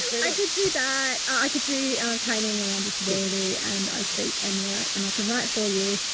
i could do that i could do a training around disability, and i speak and write and i can write for you.